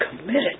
committed